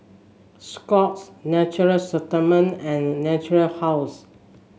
Scott's Natura Stoma and Natura House